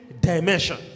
dimension